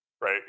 right